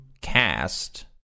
cast